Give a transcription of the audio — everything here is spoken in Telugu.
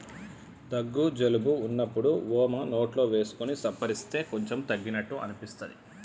దగ్గు జలుబు వున్నప్పుడు వోమ నోట్లో వేసుకొని సప్పరిస్తే కొంచెం తగ్గినట్టు అనిపిస్తది